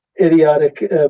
idiotic